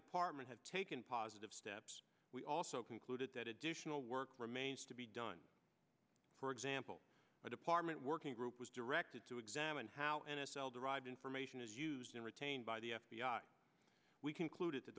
department have taken positive steps we also concluded that additional work remains to be done for example a department working group was directed to examine how n f l derived information is used and retained by the f b i we concluded that